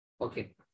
Okay